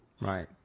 Right